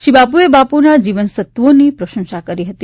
શ્રી બાપુએ બાપુના જીવન સત્વોની પ્રશંસા કરી હતી